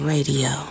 Radio